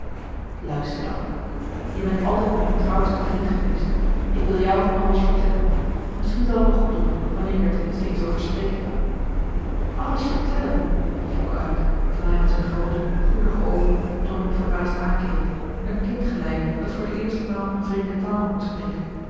luister dan jij bent altijd mijn trouwste vriend geweest ik wil jou alles vertellen misschien zal t mij goed doen wanneer ik er ten minste eens over spreken kan alles vertellen riep fokke uit terwijl hij met zijn groote goedige oogen tonie verbaasd aankeek een kind gelijk dat voor de eerste maal een vreemde taal hoort spreken